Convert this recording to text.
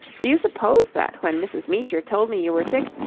do you suppose that, when mrs. meecher told me you were sick,